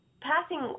passing